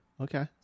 Okay